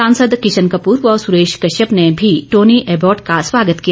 सांसद किशन कपूर व सुरेश कश्यप ने भी टोनी एबॉट का स्वागत किया